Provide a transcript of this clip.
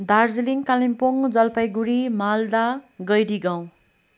Darjeeling Kalimpong Jalpaiguri Malda Gairigaun